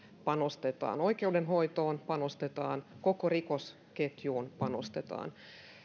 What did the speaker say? panostetaan oikeudenhoitoon panostetaan koko rikosketjuun panostetaan